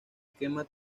esquema